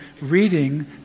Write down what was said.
reading